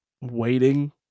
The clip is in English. waiting